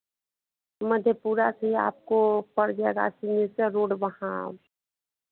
मधेपुरा से आपको पड़ गया राज सिंहेश्वर रोड वहाँ